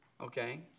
Okay